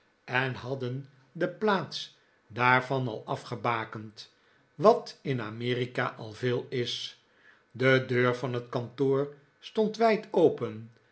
en hadden de plaats daarvan al afgebakehd wat in amerika al veel is de deur van het kantoor stond wijd open